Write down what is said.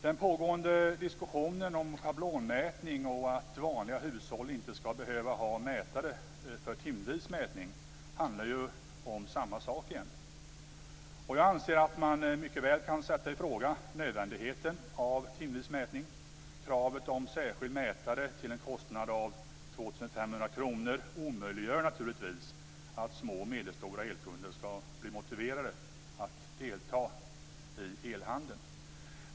Den pågående diskussionen om schablonmätning och att vanliga hushåll inte skall behöva ha mätare för timvis mätning handlar egentligen om samma sak. Jag anser att man mycket väl kan sätta i fråga nödvändigheten av timvis mätning. Kravet på särskild mätare till en kostnad av 2 500 kr omöjliggör naturligtvis att små och medelstora elkunder blir motiverade att delta i elhandeln.